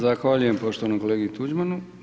Zahvaljujem poštovanom kolegi Tuđmanu.